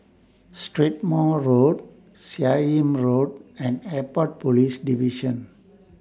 Strathmore Road Seah Im Road and Airport Police Division